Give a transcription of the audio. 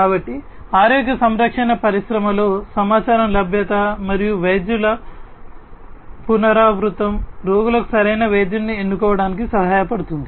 కాబట్టి ఆరోగ్య సంరక్షణ పరిశ్రమలో సమాచారం లభ్యత మరియు వైద్యుల పునరావృతం రోగులకు సరైన వైద్యుడిని ఎన్నుకోవటానికి సహాయపడుతుంది